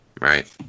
right